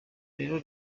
rero